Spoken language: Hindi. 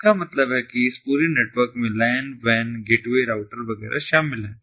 इसका मतलब है की इस पूरे नेटवर्क में ये LAN WAN Gateway router वगैरह शामिल हैं